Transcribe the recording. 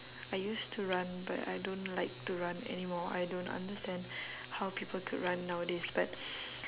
I used to run but I don't like to run anymore I don't understand how people could run nowadays but